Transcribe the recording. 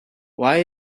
why